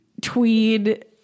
tweed